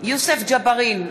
יוסף ג'בארין,